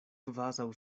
kvazaŭ